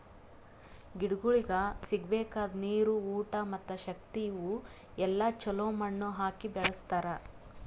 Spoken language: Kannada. ಗಿಡಗೊಳಿಗ್ ಸಿಗಬೇಕಾದ ನೀರು, ಊಟ ಮತ್ತ ಶಕ್ತಿ ಇವು ಎಲ್ಲಾ ಛಲೋ ಮಣ್ಣು ಹಾಕಿ ಬೆಳಸ್ತಾರ್